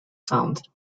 sound